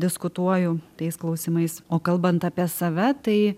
diskutuoju tais klausimais o kalbant apie save tai